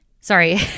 Sorry